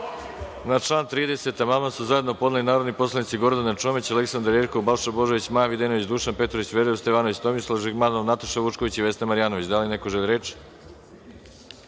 član 30. amandman su zajedno podneli narodni poslanici Gordana Čomić, Aleksandra Jerkov, Balša Božović, Maja Videnović, Dušan Petrović, Veroljub Stevanović, Tomislav Žigmanov, Nataša Vučković i Vesna Marjanović. Da li neko želi reč?